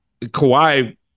Kawhi